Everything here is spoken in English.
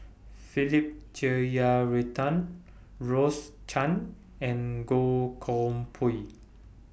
Philip Jeyaretnam Rose Chan and Goh Koh Pui